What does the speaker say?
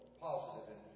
positive